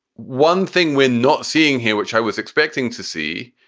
one thing we're not seeing here, which i was expecting to see,